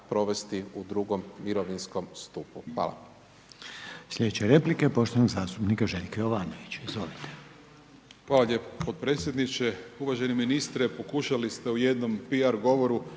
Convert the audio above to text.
u drugom mirovinskom stupu i